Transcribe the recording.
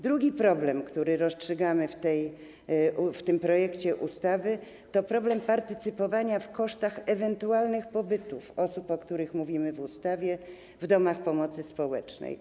Drugi problem, który rozstrzygamy w tym projekcie ustawy, to kwestia partycypowania w kosztach ewentualnych pobytów osób, o których mówimy w ustawie, w domach pomocy społecznej.